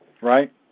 right